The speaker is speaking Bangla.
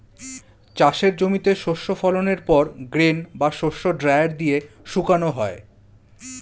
চাষের জমিতে শস্য ফলনের পর গ্রেন বা শস্য ড্রায়ার দিয়ে শুকানো হয়